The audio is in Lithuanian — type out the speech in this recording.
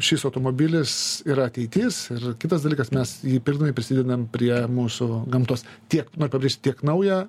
šis automobilis yra ateitis ir kitas dalykas mes jį pilnai prisidedam prie mūsų gamtos tiek noriu pabrėžti tiek naują